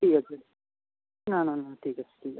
ঠিক আছে না না না ঠিক আছে ঠিক আছে